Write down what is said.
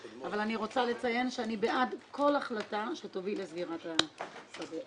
אבל אני רוצה לציין שאני בעד כל החלטה שתוביל לדחיית סגירת השדה הצבאי.